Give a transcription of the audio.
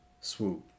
swoop